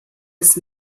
des